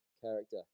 character